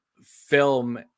film